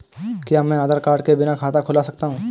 क्या मैं आधार कार्ड के बिना खाता खुला सकता हूं?